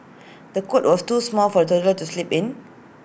the cot was too small for the toddler to sleep in